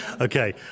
Okay